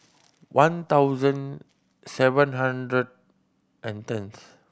one thousand seven hundred and tenth